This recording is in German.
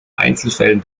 einzelfällen